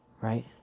Right